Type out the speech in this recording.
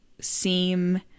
seem